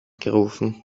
gerufen